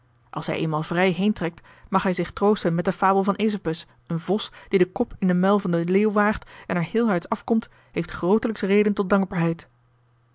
als hij eenmaal vrij heentrekt mag hij zich troosten met de fabel van esopus een vos die den kop in den muil van den leeuw waagt en er heelhuids af komt heeft grootelijks reden tot dankbaarheid